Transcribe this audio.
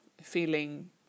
feeling